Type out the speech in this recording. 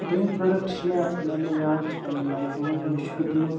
دٔیِم پرٛوڈَکٹ چھِ مےٚ مےٚ مےٚ یاد چھِ پنٛنہِ لایفہِ منٛز مےٚ چھِ ہیوٚتمُت